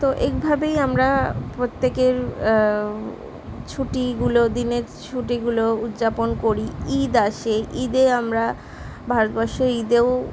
তো এইভাবেই আমরা প্রত্যেকের ছুটিগুলো দিনের ছুটিগুলো উদ্যাপন করি ঈদ আসে ঈদে আমরা ভারতবর্ষে ঈদেও